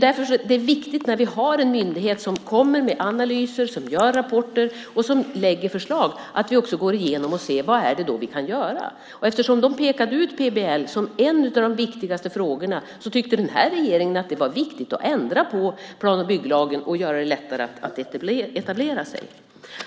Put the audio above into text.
När vi har en myndighet som kommer med analyser, som gör rapporter och som lägger fram förslag är det viktigt att vi går igenom och ser vad vi kan göra. Eftersom de pekade ut PBL som en av de viktigaste frågorna tyckte den här regeringen att det var viktigt att ändra plan och bygglagen och göra det lättare att etablera sig.